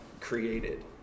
created